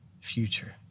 future